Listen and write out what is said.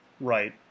right